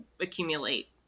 accumulate